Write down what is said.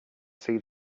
see